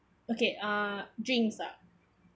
okay uh drinks ah